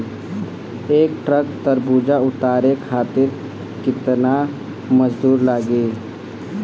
एक ट्रक तरबूजा उतारे खातीर कितना मजदुर लागी?